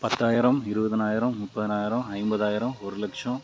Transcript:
பத்தாயிரம் இருபதனாயிரம் மூப்பதனாயிரம் ஐம்பதாயிரம் ஒரு லட்சம்